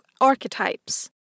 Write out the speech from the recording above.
archetypes